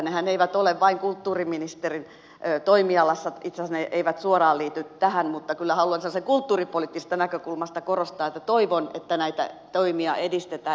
nehän eivät ole vain kulttuuriministerin toimialassa itse asiassa ne eivät suoraan liity tähän mutta kyllä haluan sellaisesta kulttuuripoliittisesta näkökulmasta korostaa että toivon että näitä toimia edistetään